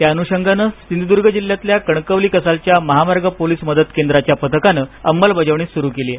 त्या अनुषंगान सिंधुदुर्ग जिल्ह्यातल्या कणकवली कसालच्या महामार्ग पोलीस मदत केंद्राच्या पथकान अंमलबजावणी सुरू केली आहे